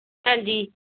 ਹਾਂਜੀ